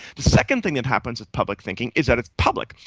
the second thing that happens with public thinking is that it's public,